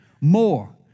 More